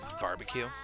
barbecue